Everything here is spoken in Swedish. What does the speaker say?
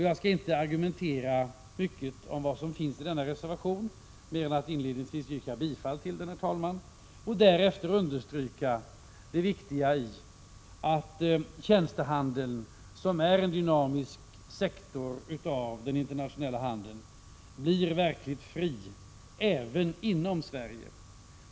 Jag skall inte argumentera mycket om vad som finns i denna reservation, mer än att inledningsvis yrka bifall till den, herr talman, och därefter understryka det viktiga i att tjänstehandeln, som är en dynamisk sektor i den internationella handeln, blir verkligt fri även inom Sverige.